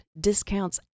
discounts